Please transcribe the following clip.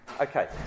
Okay